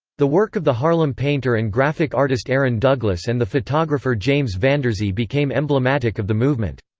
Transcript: the work of the harlem painter and graphic artist aaron douglas and the photographer james vanderzee became emblematic of the movement.